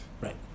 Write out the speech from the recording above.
Right